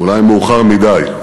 אולי מאוחר מדי.